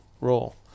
role